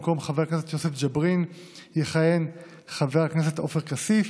במקום חבר הכנסת יוסף ג'בארין יכהן חבר הכנסת עופר כסיף,